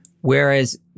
Whereas